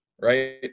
right